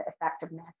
effectiveness